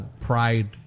pride